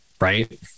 right